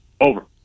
Over